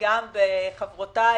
בחברותיי